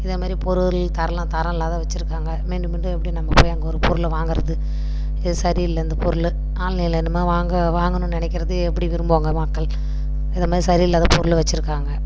இதே மாதிரி பொருள் தரலாம் தரம் இல்லாத வச்சிருக்காங்க மீண்டும் மீண்டும் எப்படி நம்ம போய் அங்கே ஒரு பொருளை வாங்குகிறது இது சரி இல்லை இந்த பொருள் ஆன்லைன்ல இனிமேல் வாங்க வாங்கணும்னு நினைக்கிறது எப்படி விரும்புவாங்க மக்கள் இந்த மாதிரி சரி இல்லாத பொருளை வச்சிருக்காங்க